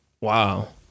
wow